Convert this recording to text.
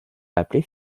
appeler